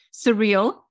surreal